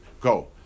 go